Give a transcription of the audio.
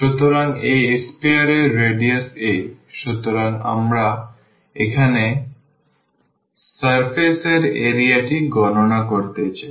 সুতরাং এই sphere এর রেডিয়াস a সুতরাং আমরা এখন সারফেস এর এরিয়াটি গণনা করতে চাই